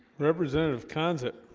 representative kahn's it